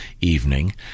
evening